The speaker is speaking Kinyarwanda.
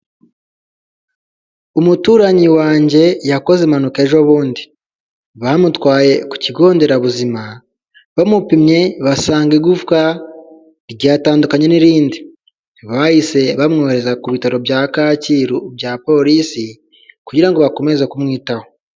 Umuturanyi wanjye yakoze impanuka ejo bundi, bamutwaye ku kigo nderabuzima, bamupimye basanga igufwa ryatandukanye n'irindi. Bahise bamwohereza ku bitaro bya Kacyiru, bya polisi kugira ngo bakomeze kumwitaho.